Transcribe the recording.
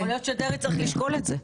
יכול להיות שדרעי צריך לשקול את זה.